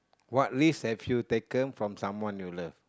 what risk have you taken from someone you love